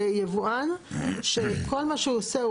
זה יבואן שכל מה שהוא עושה,